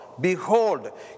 behold